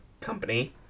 Company